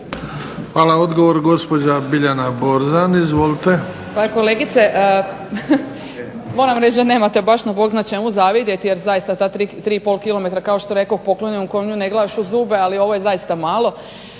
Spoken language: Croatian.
Hvala. Odgovor gospođa Biljana Borzan. Izvolite.